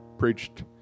preached